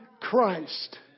Christ